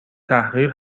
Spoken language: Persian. تحقیر